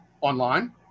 online